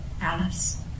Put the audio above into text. Alice